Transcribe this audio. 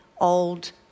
old